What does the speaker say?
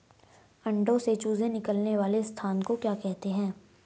अंडों से चूजे निकलने वाले स्थान को क्या कहते हैं?